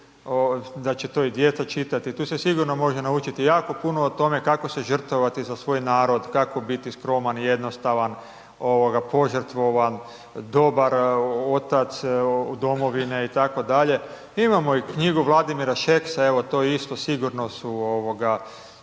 da će to i djeca čitati, tu se sigurno može naučiti jako puno o tome kako se žrtvovati za svoj narod, kako biti skroman i jednostavan ovoga požrtvovan, dobar otac domovine. Imamo i knjigu Vladimira Šeksa evo to isto sigurno su, to